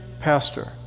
Pastor